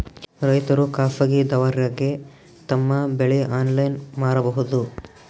ರೈತರು ಖಾಸಗಿದವರಗೆ ತಮ್ಮ ಬೆಳಿ ಆನ್ಲೈನ್ ಮಾರಬಹುದು?